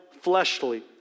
fleshly